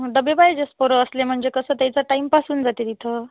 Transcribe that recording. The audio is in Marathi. डबे पाहिजेच पोरं असले म्हणजे कसं त्यांचा टाइम पास होऊन जाते तिथं